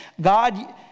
God